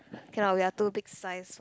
cannot we are too big size